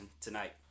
tonight